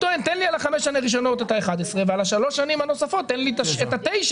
תן לי על 5 השנים הראשונות את ה-11 ועל ה-3 השנים הנוספות תן לי את ה-9